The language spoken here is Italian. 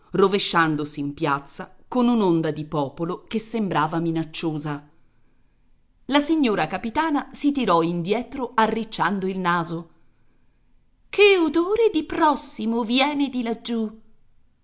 furibondo rovesciandosi in piazza con un'onda di popolo che sembrava minacciosa la signora capitana si tirò indietro arricciando il naso che odore di prossimo viene di laggiù